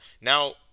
now